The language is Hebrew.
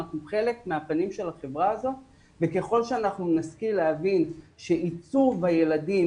אנחנו חלק מהפנים של החברה הזאת וככל שאנחנו נשכיל להבין שעיצוב הילדים,